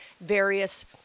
various